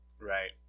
Right